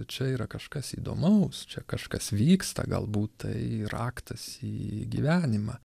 čia yra kažkas įdomaus čia kažkas vyksta galbūt tai raktas į gyvenimą